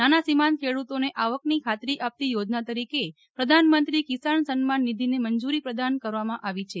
નાના સિમાંત ખેડૂતોને આવકની ખાત્રી આપતી યોજના તરીકે પ્રધાનમંત્રી કિસાન સન્માન નિધિને મંજૂરી પ્રદાન કરવામાં આવી છે